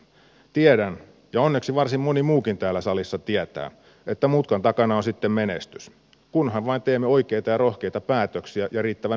tiedän ja onneksi varsin moni muukin täällä salissa tietää että mutkan takana on sitten menestys kunhan vain teemme oikeita ja rohkeita päätöksiä ja riittävän nopeasti